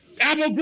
Apple